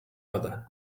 other